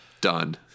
Done